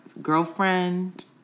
girlfriend